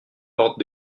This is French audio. portes